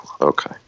Okay